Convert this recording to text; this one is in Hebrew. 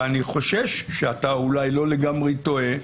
ואני חושש שאתה אולי לא לגמרי טועה,